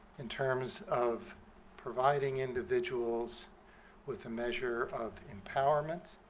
in terms of providing individuals with a measure of empowerment,